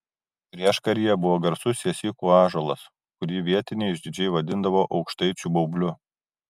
prieškaryje buvo garsus siesikų ąžuolas kurį vietiniai išdidžiai vadindavo aukštaičių baubliu